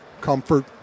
comfort